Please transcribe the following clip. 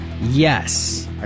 Yes